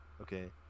Okay